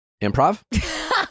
improv